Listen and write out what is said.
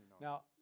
Now